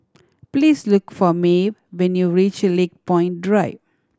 please look for Maeve when you reach Lakepoint Drive